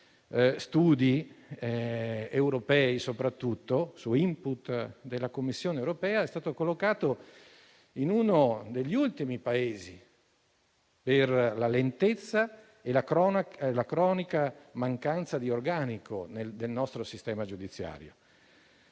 studi europei soprattutto su *input* della Commissione europea, è sempre stato collocato a uno degli ultimi posti per la lentezza e la cronica mancanza di organico nel nostro sistema giudiziario.